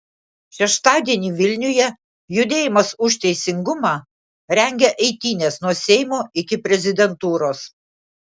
šeštadienį vilniuje judėjimas už teisingumą rengia eitynes nuo seimo iki prezidentūros